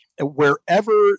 wherever